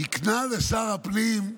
הקנה לשר הפנים,